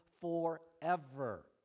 forever